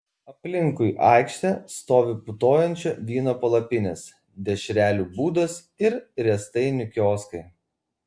aplinkui aikštę stovi putojančio vyno palapinės dešrelių būdos ir riestainių kioskai